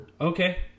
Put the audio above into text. Okay